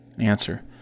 Answer